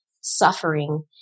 suffering